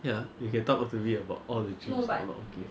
ya you can talk to me about all the dreams of not working